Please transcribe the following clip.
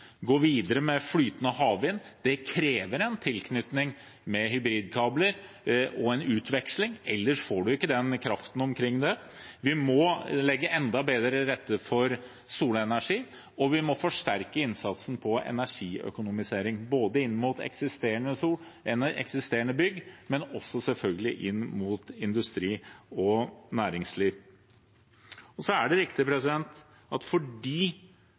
gå videre med flytende havvind. Det krever en tilknytning med hybridkabler og utveksling, ellers får man ikke kraft omkring det. Vi må legge enda bedre til rette for solenergi. Og vi må forsterke innsatsen på energiøkonomisering, både inn mot eksisterende bygg og selvfølgelig inn mot industri og næringsliv. Det er riktig at fordi vi skal nå klimamålene, og